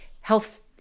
health